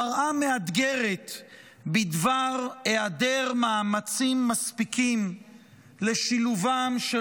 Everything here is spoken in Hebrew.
מראה מאתגרת בדבר היעדר מאמצים מספיקים לשילובם של